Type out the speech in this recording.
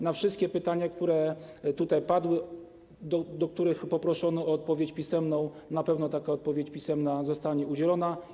Na wszystkie pytania, które tutaj padły, w przypadku których poproszono o odpowiedź pisemną, na pewno taka odpowiedź pisemna zostanie udzielona.